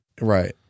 Right